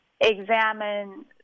examine